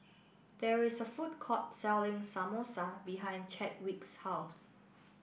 there is a food court selling Samosa behind Chadwick's House